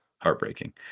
Heartbreaking